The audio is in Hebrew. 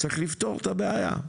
צריך לפתור את הבעיה.